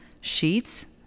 sheets